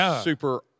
super